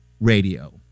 radio